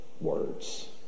words